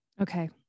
Okay